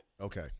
Okay